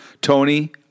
Tony